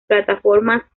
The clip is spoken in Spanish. plataformas